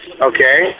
Okay